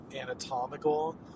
anatomical